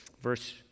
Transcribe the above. verse